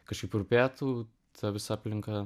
kažkaip rūpėtų ta visa aplinka